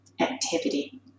activity